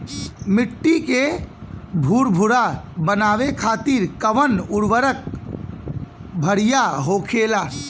मिट्टी के भूरभूरा बनावे खातिर कवन उर्वरक भड़िया होखेला?